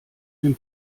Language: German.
dem